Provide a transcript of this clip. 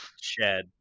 shed